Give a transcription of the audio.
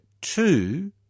two